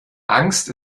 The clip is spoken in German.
angst